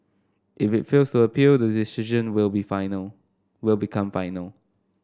if it fails to appeal the decision will be final will become final